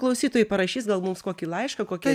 klausytojai parašys gal mums kokį laišką kokią